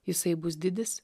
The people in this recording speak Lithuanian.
jisai bus didis